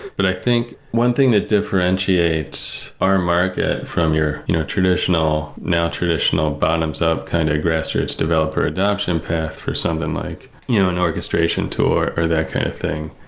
but i think one thing that differentiates our market from your you know traditional now, traditional bottoms up kind of grassroots developer adaption and path for something like you know an orchestration or or that kind of thing,